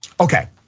Okay